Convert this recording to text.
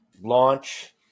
launch